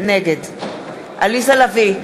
נגד עליזה לביא,